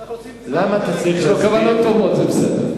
יש לו כוונות טובות, זה בסדר.